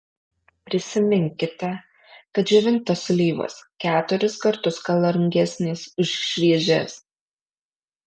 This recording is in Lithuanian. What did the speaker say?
prisiminkite kad džiovintos slyvos keturis kartus kaloringesnės už šviežias